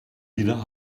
wieder